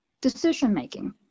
decision-making